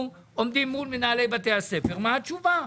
אנחנו עומדים מול מנהלי בתי הספר ומה התשובה?